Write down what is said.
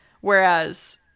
Whereas